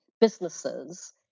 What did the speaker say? businesses